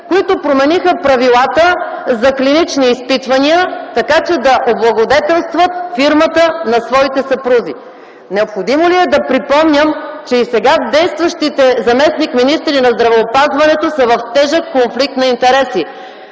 които промениха правилата за клинични изпитвания, така че да облагодетелстват фирмата на своите съпрузи? Необходимо ли е да припомням, че и сега действащите заместник-министри на здравеопазването са в тежък конфликт на интереси?